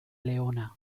leona